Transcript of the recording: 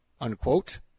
Unquote